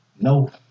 no